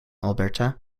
alberta